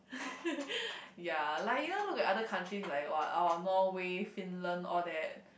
ya like you know look at other countries like !wow! oh Norway Finland all that